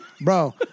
Bro